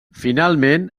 finalment